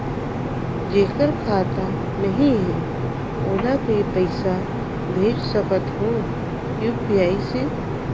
जेकर खाता नहीं है ओला भी पइसा भेज सकत हो यू.पी.आई से?